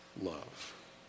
love